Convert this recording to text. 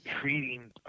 treating